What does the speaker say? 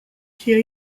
siia